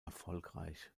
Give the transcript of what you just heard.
erfolgreich